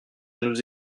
nous